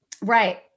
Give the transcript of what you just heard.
Right